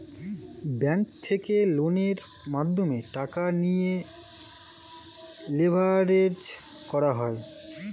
bank থেকে লোনের মাধ্যমে টাকা নিয়ে লেভারেজ করা যায়